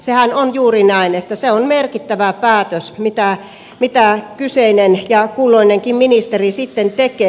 sehän on juuri näin että se on merkittävä päätös mitä kyseinen ja kulloinenkin ministeri sitten tekee